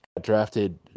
drafted